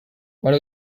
one